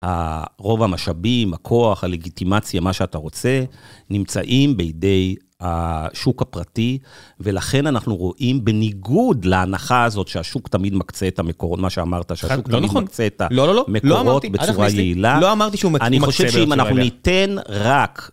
ה..רוב המשאבים, הכוח, הלגיטימציה, מה שאתה רוצה, נמצאים בידי השוק הפרטי, ולכן אנחנו רואים בניגוד להנחה הזאת שהשוק תמיד מקצה את המקורות, מה שאמרת, חד, לא נכון, לא לא לא, לא אמרתי, שהשוק תמיד מקצה את המקורות בצורה יעילה. לא אמרתי שהוא מקצה בצורה יעילה. אני חושב שאם אנחנו ניתן רק...